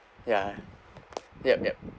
ya yup yup